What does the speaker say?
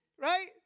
right